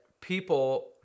people